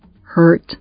hurt